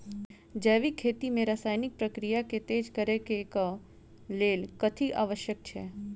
जैविक खेती मे रासायनिक प्रक्रिया केँ तेज करै केँ कऽ लेल कथी आवश्यक छै?